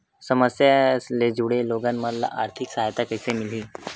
समस्या ले जुड़े लोगन मन ल आर्थिक सहायता कइसे मिलही?